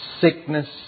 sickness